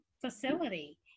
facility